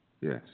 Yes